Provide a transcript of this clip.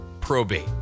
probate